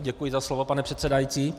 Děkuji za slovo, pane předsedající.